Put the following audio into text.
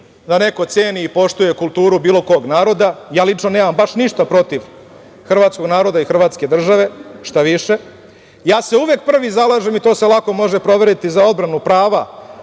da neko ceni i poštuje kulturu bilo kog naroda. Ja lično nemam baš ništa protiv hrvatskog naroda i hrvatske države štaviše, ja se uvek prvi zalažem i to se lako može proveriti, za odbranu prava